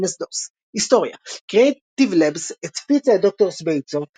MS-DOS. היסטוריה Creative Labs הפיצה את ד"ר סבייטסו